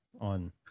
on